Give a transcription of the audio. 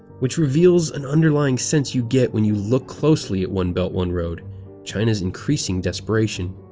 which reveals an underlying sense you get when you look closely at one belt one road china's increasing desperation.